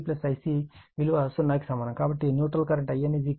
కాబట్టి In 0 neutral ద్వారా current ప్రవహించదు